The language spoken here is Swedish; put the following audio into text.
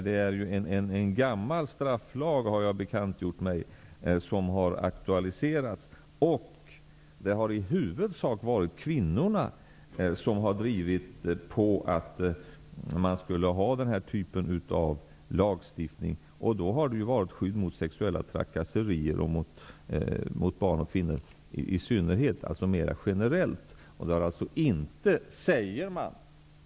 Det är en gammal strafflag som har aktualiserats. Det har i huvudsak varit kvinnorna som har drivit på för att man skall ha den här typen av lagstiftning. Syftet har mera generellt varit att skydda framför allt barn och kvinnor mot sexuella trakasserier.